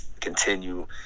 continue